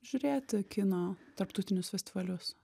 žiūrėti kino tarptautinius festivalius